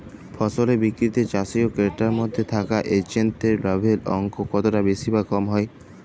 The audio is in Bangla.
ফসলের বিক্রিতে চাষী ও ক্রেতার মধ্যে থাকা এজেন্টদের লাভের অঙ্ক কতটা বেশি বা কম হয়?